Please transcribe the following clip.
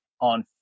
on